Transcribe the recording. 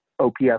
OPS